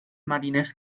mariners